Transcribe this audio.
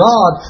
God